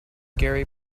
gary